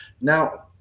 Now